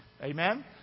Amen